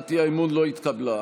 הצעת האי-אמון לא נתקבלה.